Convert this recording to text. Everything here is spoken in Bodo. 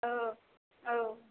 औ औ